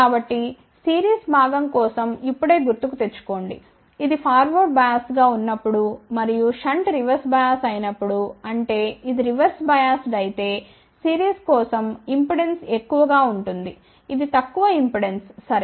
కాబట్టి సిరీస్ భాగం కోసం ఇప్పుడే గుర్తు కు తెచ్చుకోండి అది ఫార్వర్డ్ బయాస్ గా ఉన్నప్పుడు మరియు షంట్ రివర్స్ బయాస్ అయినప్పుడు అంటే ఇది రివర్స్ బయాస్డ్ అయితే సిరీస్ కోసం ఇంపెడెన్స్ ఎక్కువగా ఉంటుంది ఇది తక్కువ ఇంపెడెన్స్ సరే